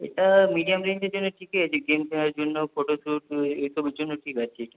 এটা মিডিয়াম রেঞ্জের জন্য ঠিকই আছে গেম খেলার জন্য ফোটোশুট এসবের জন্য ঠিক আছে